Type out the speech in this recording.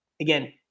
again